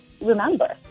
remember